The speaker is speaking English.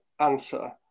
answer